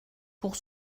pour